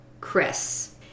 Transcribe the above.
Chris